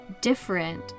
different